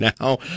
now